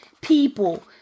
people